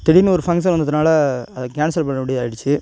திடீர்னு ஒரு ஃபங்க்ஷன் வந்ததுனால அதை கேன்சல் பண்ணும்படியாக ஆயிடுச்சு